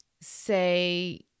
say